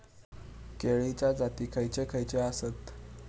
केळीचे जाती खयचे खयचे आसत?